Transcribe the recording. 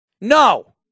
No